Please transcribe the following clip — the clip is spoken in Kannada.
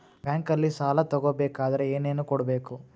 ಬ್ಯಾಂಕಲ್ಲಿ ಸಾಲ ತಗೋ ಬೇಕಾದರೆ ಏನೇನು ಕೊಡಬೇಕು?